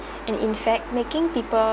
and in fact making people